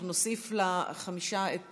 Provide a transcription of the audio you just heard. אנחנו נוסיף לחמישה את